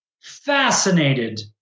fascinated